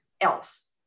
else